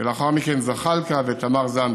ולאחר מכן זחאלקה ותמר זנדברג.